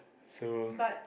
so